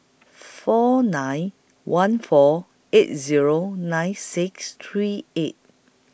nine four one four eight Zero nine six three eight